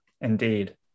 indeed